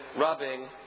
rubbing